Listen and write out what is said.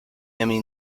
emmy